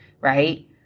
right